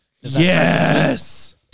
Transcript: Yes